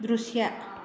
ದೃಶ್ಯ